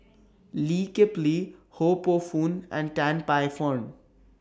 Lee Kip Lee Ho Poh Fun and Tan Paey Fern